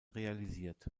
realisiert